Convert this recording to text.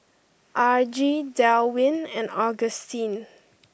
Argie Delwin and Augustine